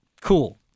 cool